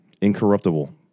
incorruptible